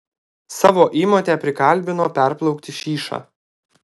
savo įmotę prikalbino perplaukti šyšą